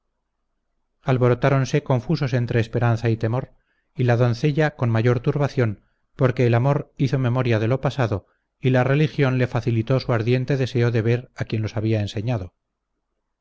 ahí alborotáronse confusos entre esperanza y temor y la doncella con mayor turbación porque el amor hizo memoria de lo pasado y la religión le facilitó su ardiente deseo de ver a quien los había enseñado